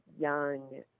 young